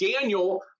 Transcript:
Daniel